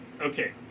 Okay